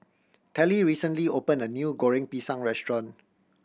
Telly recently opened a new Goreng Pisang restaurant